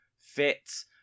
Fits